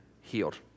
healed